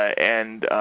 and